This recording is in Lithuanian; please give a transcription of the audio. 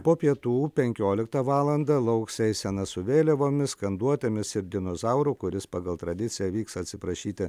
po pietų penkioliktą valandą lauks eisena su vėliavomis skanduotėmis ir dinozauru kuris pagal tradiciją vyks atsiprašyti